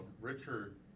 Richard